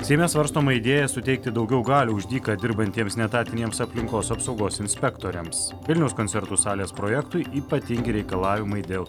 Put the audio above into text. seime svarstoma idėja suteikti daugiau galių už dyką dirbantiems neetatiniams aplinkos apsaugos inspektoriams vilniaus koncertų salės projektui ypatingi reikalavimai dėl